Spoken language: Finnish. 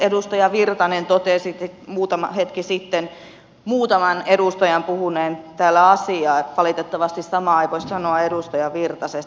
edustaja virtanen totesi muutama hetki sitten muutaman edustajan puhuneen täällä asiaa mutta valitettavasti samaa ei voi sanoa edustaja virtasesta